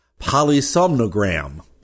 polysomnogram